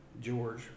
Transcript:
George